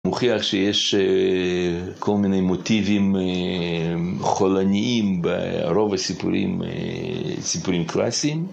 מוכיח שיש כל מיני מוטיבים חולניים ברוב הסיפורים, סיפורים קלסיים.